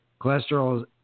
Cholesterol